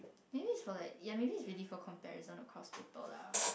maybe is for like ya maybe is really for comparison across people lah